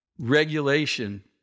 regulation